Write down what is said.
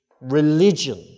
Religion